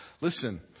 Listen